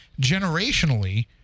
generationally